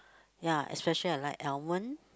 ya especially I like almond